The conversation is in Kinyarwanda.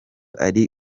ari